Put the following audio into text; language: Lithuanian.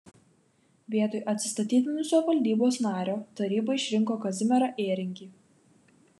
vietoj atsistatydinusio valdybos nario taryba išrinko kazimierą ėringį